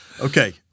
Okay